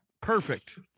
Perfect